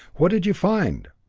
what did you find?